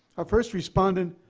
ah first respondent